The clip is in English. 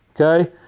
Okay